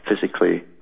physically